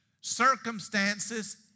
Circumstances